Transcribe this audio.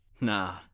Nah